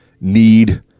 need